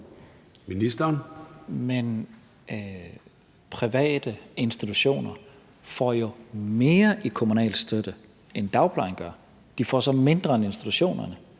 Tesfaye): Men private institutioner får jo mere i kommunal støtte, end dagplejen gør; de får så mindre, end de kommunale